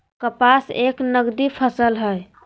कपास एक नगदी फसल हई